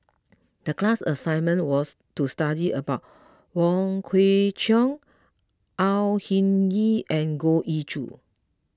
the class assignment was to study about Wong Kwei Cheong Au Hing Yee and Goh Ee Choo